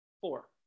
Four